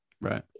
Right